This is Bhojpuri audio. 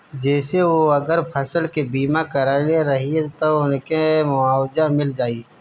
जेसे उ अगर फसल के बीमा करइले रहिये त उनके मुआवजा मिल जाइ